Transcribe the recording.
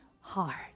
heart